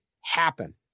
happen